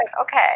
okay